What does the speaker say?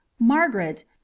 Margaret